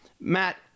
Matt